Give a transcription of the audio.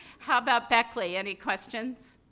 how about beckley? any questions?